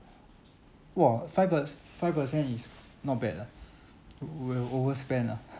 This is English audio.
!wah! five per five percent is not bad lah will overspend ah